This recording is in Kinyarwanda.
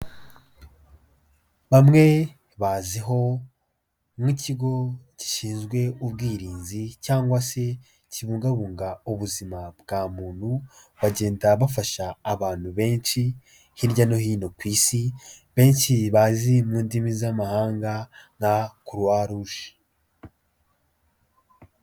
Bamwe baziho nk'ikigo gishinzwe ubwirinzi cyangwa se kibungabunga ubuzima bwa muntu, bagenda bafasha abantu benshi hirya no hino ku isi, benshi bazi mu ndimi z'amahanga nka kuruwaruje.